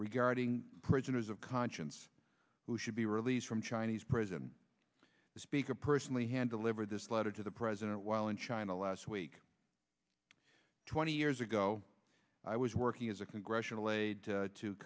regarding prisoners of conscience who should be released from chinese prison the speaker personally hand delivered this letter to the president while in china last week twenty years ago i was working as a congressional